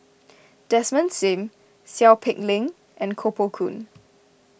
Desmond Sim Seow Peck Leng and Koh Poh Koon